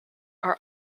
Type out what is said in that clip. are